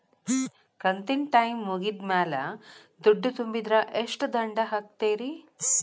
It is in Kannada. ಕಂತಿನ ಟೈಮ್ ಮುಗಿದ ಮ್ಯಾಲ್ ದುಡ್ಡು ತುಂಬಿದ್ರ, ಎಷ್ಟ ದಂಡ ಹಾಕ್ತೇರಿ?